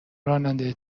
راننده